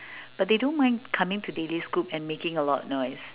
but they don't mind coming to daily scoop and making a lot of noise